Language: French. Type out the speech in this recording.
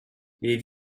les